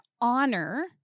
honor